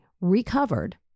recovered